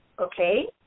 Okay